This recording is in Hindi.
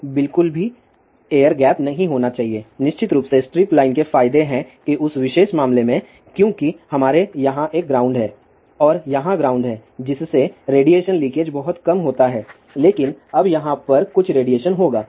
तो बिल्कुल भी एयर गैप नहीं होना चाहिए निश्चित रूप से स्ट्रिप लाइन के फायदे हैं कि उस विशेष मामले में क्योंकि हमारे यहां एक ग्राउंड है और यहां ग्राउंड है जिससे रेडिएशन लीकेज बहुत कम होता है लेकिन अब यहां पर कुछ रेडिएशन होगा